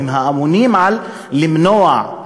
הם האמונים על למנוע,